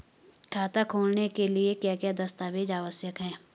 खाता खोलने के लिए क्या क्या दस्तावेज़ आवश्यक हैं?